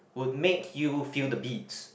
would make you feel the beats